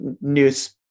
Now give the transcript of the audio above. news